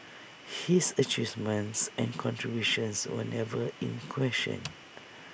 his achievements and contributions were never in question